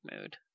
mood